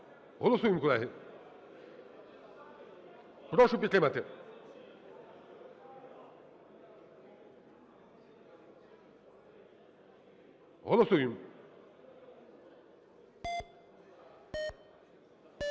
Голосуємо, колеги. Прошу підтримати. Голосуємо.